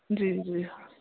जी जी